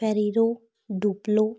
Ferrero Duplo